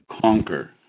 conquer